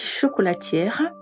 chocolatière